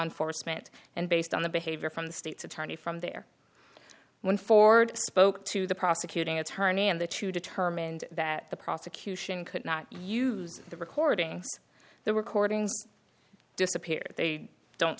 enforcement and based on the behavior from the state's attorney from there when ford spoke to the prosecuting attorney and the two determined that the prosecution could not use the recordings the recordings disappear they don't